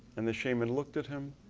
and the shaman looked at him,